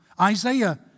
Isaiah